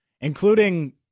including